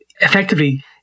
effectively